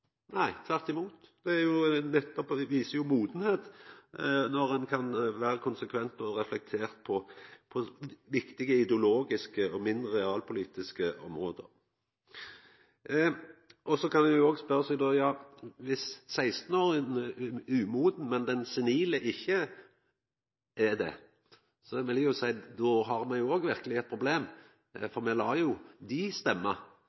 jo nettopp modnad når ein kan vera konsekvent og reflektert om viktige ideologiske og mindre realpolitiske område. Så kan ein jo òg spørja seg: Kva viss 16-åringen er umoden, men den senile ikkje er det? Eg vil seia at då har me òg verkeleg eit problem, for me lèt jo dei stemma,